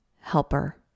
helper